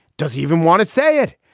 does he even want to say it?